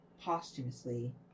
posthumously